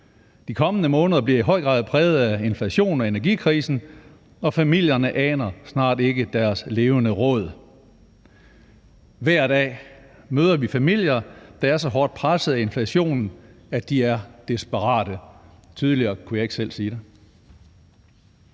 De kommende måneder bliver i høj grad præget af inflation og energikrisen, og familierne aner snart ikke deres levende råd. Hver dag møder vi familier, der er så hårdt pressede af inflationen, at de er desperate. Jeg kunne ikke selv sige det